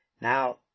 Now